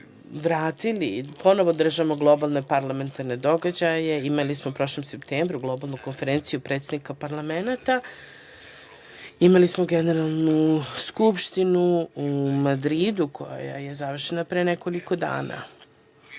vratili, ponovo držimo globalne parlamentarne događaje. Imali smo u prošlom septembru Globalnu konferenciju predsednika parlamenata. Imali smo i Generalnu skupštinu u Madridu, koja je završena pre nekoliko dana. Na